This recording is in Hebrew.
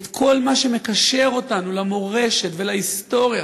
את כל מה שמקשר אותנו למורשת ולהיסטוריה